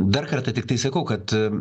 dar kartą tiktai sakau kad